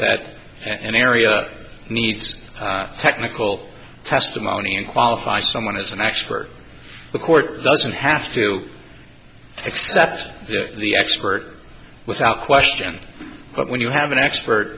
that an area needs technical testimony and qualify someone as an expert the court doesn't have to accept the expert without question but when you have an expert